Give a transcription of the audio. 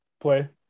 play